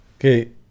Okay